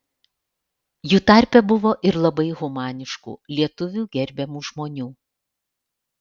jų tarpe buvo ir labai humaniškų lietuvių gerbiamų žmonių